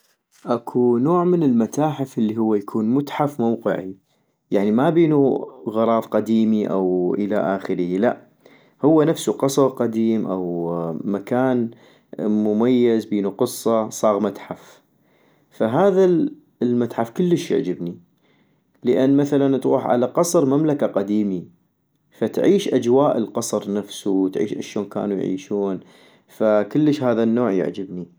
اكو نوع من المتاحف الي هو يكون متحف موقعي ، يعني ما بينو غراض قديمي او الى اخره لأ، هو نفسو قصغ قديم أو مكان مميز بينو قصة صاغ متحف، فهذا المتحف كلش يعجبني لان مثلا تغوح على قصر مملكة قديمي، فتعيش اجواء القصر نفسو وتعيشاشون كانو يعيشون -، فكلش هذا النوع يعجبني